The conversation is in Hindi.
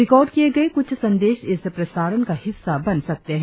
रिकॉर्ड किए गए कुछ संदेश इस प्रसारण का हिस्सा बन सकते हैं